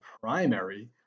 primary